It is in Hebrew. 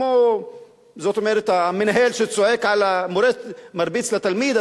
כמו שהמורה מרביץ לתלמיד,